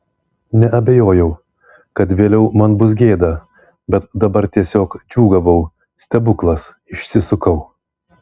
neabejojau kad vėliau man bus gėda bet dabar tiesiog džiūgavau stebuklas išsisukau